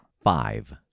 Five